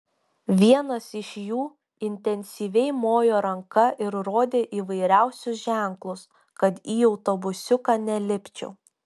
vienas iš jų intensyviai mojo ranka ir rodė įvairiausius ženklus kad į autobusiuką nelipčiau